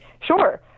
Sure